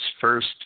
first